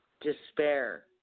despair